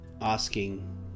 asking